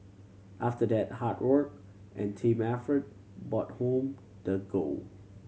after that hard work and team effort but home the gold